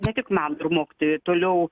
ne tik man ir mokytojui toliau